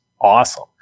awesome